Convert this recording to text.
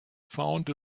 found